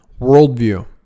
worldview